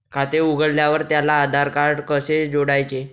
खाते उघडल्यावर त्याला आधारकार्ड कसे जोडायचे?